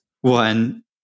one